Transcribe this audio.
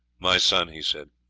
my son, he said,